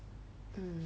mm